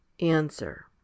answer